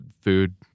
food